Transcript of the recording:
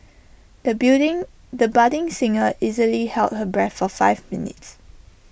the building the budding singer easily held her breath for five minutes